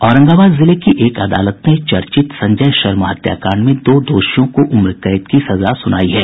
औरंगाबाद जिले की एक अदालत ने चर्चित संजय शर्मा हत्याकांड में दो दोषियों को उम्र कैद की सजा सुनाई है